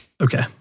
Okay